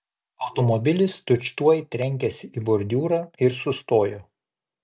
automobilis tučtuoj trenkėsi į bordiūrą ir sustojo